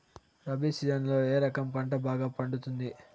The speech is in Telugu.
రబి సీజన్లలో ఏ రకం పంట బాగా పండుతుంది